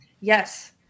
Yes